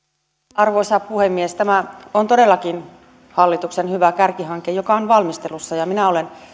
arvoisa puhemies tämä on todellakin hallituksen hyvä kärkihanke joka on valmistelussa ja minä olen